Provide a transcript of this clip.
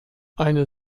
eine